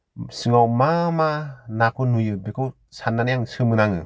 सिङाव मा मा नाखौ नुयो बेखौ साननानै आं सोमोनाङो